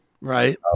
Right